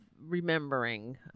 remembering